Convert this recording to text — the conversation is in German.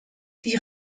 die